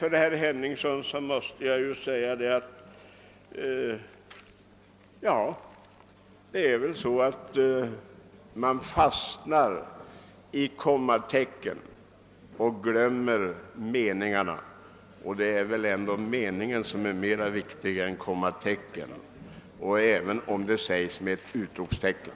Det är väl så, herr Henningsson, att man lätt fastnar i kommatecken och glömmer meningarna — och de är väl ändå viktigare än både kommatecken och utropstecken.